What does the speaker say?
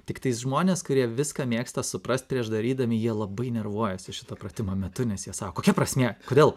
tiktais žmonės kurie viską mėgsta suprast prieš darydami jie labai nervuojasi šito pratimo metu nes jie sako kokia prasmė kodėl